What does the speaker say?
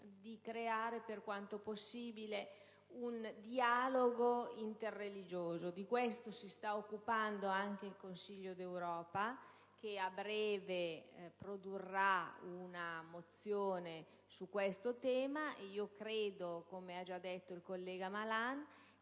di creare, per quanto possibile, un dialogo interreligioso. Di questo si sta occupando anche il Consiglio d'Europa, che a breve produrrà una mozione su questo tema. Io credo, come ha già detto il collega Malan,